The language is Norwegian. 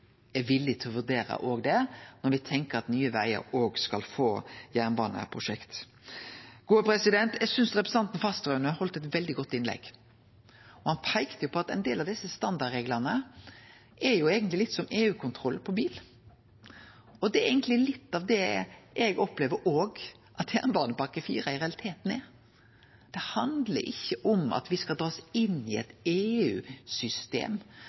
er villig til å vurdere det når me tenkjer at Nye Vegar òg skal få jernbaneprosjekt. Eg synest representanten Fasteraune heldt eit veldig godt innlegg. Han peikte på at ein del av desse standardreglane er litt som EU-kontroll på bil, og det er eigentleg litt av det eg òg opplever at fjerde jernbanepakke i realiteten er. Det handlar ikkje om at me skal bli dregne inn i eit